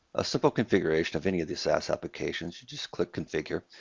a simple configuration of any of these applications you just click configure.